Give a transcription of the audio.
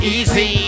Easy